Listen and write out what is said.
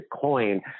coin